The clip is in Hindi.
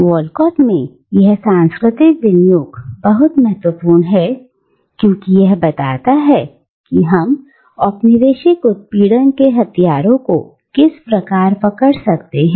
वॉलकॉट में यह सांस्कृतिक विनियोग बहुत महत्वपूर्ण है क्योंकि यह बताता है कि हम औपनिवेशिक उत्पीड़न के हथियारों को किस प्रकार पकड़ सकते हैं